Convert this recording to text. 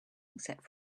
except